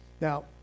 Now